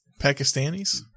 Pakistanis